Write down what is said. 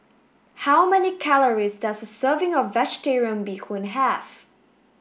how many calories does a serving of vegetarian Bee Hoon have